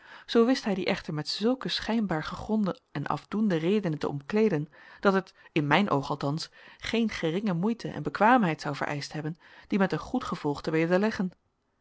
zoo wist hij die echter met zulke schijnbaar gegronde en afdoende redenen te omkleeden dat het in mijn oog althans geen geringe moeite en bekwaamheid zou vereischt hebben die met een goed gevolg te